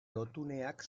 lotuneak